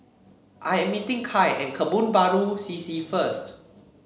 I am meeting Kai at Kebun Baru C C first